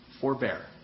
forbear